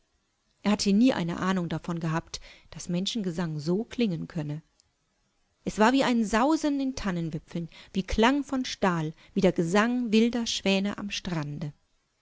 er hatte nie eine ahnung davon gehabt daß menschengesang so klingen könne es war wie ein sausen in tannenwipfeln wie klang von stahl wie der gesang wilder schwäne am strande